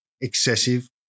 excessive